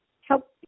help